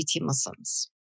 Muslims